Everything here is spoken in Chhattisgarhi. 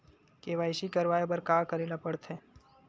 के.वाई.सी करवाय बर का का करे ल पड़थे?